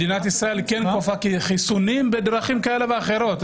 מדינת ישראל כן כופה חיסונים בדרכים כאלה ואחרות,